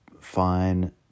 fine